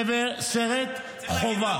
סרט חובה.